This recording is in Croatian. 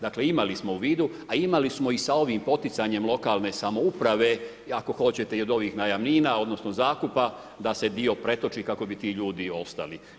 Dakle, imali smo u vidu, a imali smo i sa ovim poticanjem lokalne samouprave ako hoćete i ovih najamnina odnosno zakupa da se dio pretoči kako bi ti ljudi ostali.